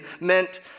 meant